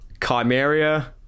Chimeria